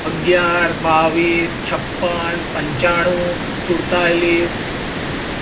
અગિયાર બાવીસ છપ્પન પંચાણું સુડતાલીસ